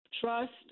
trust